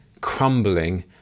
crumbling